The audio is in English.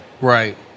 Right